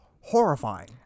horrifying